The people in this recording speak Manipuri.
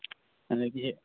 ꯑꯗꯒꯤ